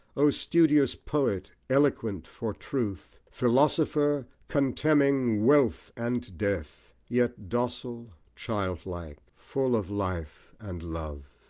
o studious poet, eloquent for truth! philosopher! contemning wealth and death, yet docile, childlike, full of life and love.